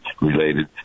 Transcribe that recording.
related